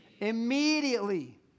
Immediately